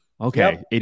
Okay